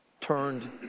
turned